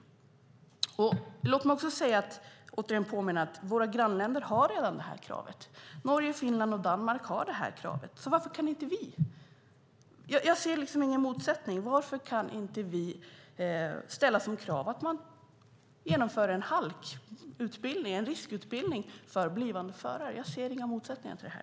Låt mig igen påminna om att våra grannländer redan har det här kravet. Norge, Finland och Danmark har det här kravet, varför kan inte vi ha det? Jag ser liksom ingen motsättning. Varför kan inte vi ställa som krav att man genomför en halkutbildning, en riskutbildning för blivande förare. Jag ser inga motsättningar i det här.